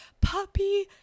puppy